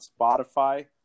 Spotify